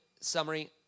summary